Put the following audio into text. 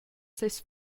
ses